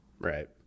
Right